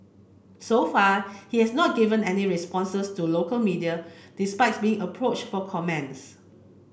so far he has not given any responses to local media despite being approached for comments